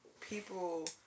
people